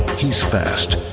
he's fast.